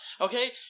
okay